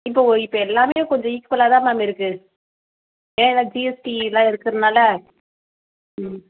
இப்போ இப்போ எல்லாமே கொஞ்சம் ஈக்குவல்லாம் தான் மேம் இருக்கு ஏன்னா ஜிஎஸ்டி இதுலாம் இருக்கிறதுனால ம்